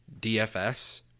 DFS